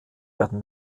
werden